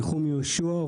נחום יהושע,